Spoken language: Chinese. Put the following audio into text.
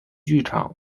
剧场